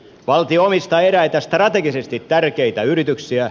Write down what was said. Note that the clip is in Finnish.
valtio omistaa eräitä strategisesti tärkeitä yrityksiä